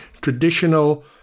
traditional